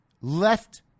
left